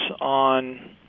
on